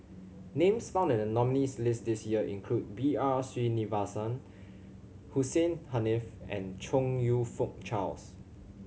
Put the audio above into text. names found in the nominees' list this year include B R Sreenivasan Hussein Haniff and Chong You Fook Charles